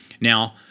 Now